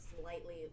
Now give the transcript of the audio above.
slightly